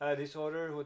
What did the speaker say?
disorder